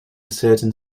certain